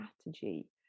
strategy